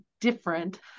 different